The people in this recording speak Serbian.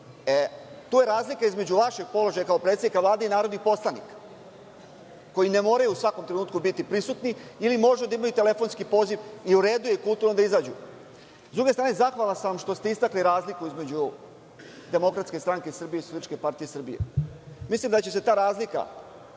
To je razlika između vašeg položaja kao predsednika Vlade i narodnih poslanika koji ne moraju u svakom trenutku biti prisutni ili mogu da imaju telefonski poziv i u redu je i kulturno je da izađu.S druge strane, zahvalan sam vam što ste istakli razliku između Demokratske stranke Srbije i Socijalističke partije Srbije. Mislim da će se ta razlika